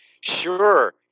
Sure